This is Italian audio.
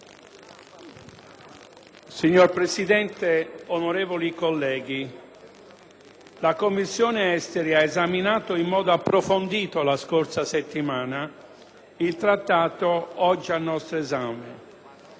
Signor Presidente, onorevoli colleghi, la Commissione esteri ha esaminato in modo approfondito la scorsa settimana il Trattato oggi al nostro esame.